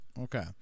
Okay